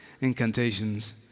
Incantations